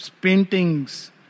paintings